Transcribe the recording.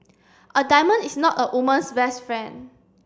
a diamond is not a woman's best friend